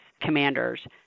commanders